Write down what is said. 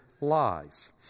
lies